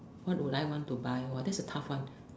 what would I want to but !wah! that's a tough one